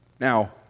Now